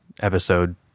episode